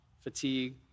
fatigue